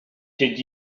did